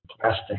plastic